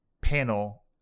panel